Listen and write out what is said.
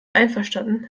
einverstanden